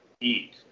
eat